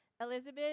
Elizabeth